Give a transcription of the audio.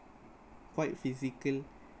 quite physical